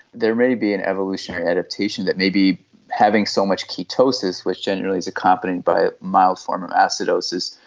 there may be an evolutionary adaptation, that maybe having so much ketosis, which generally is accompanied by a mild form of acidosis,